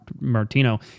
Martino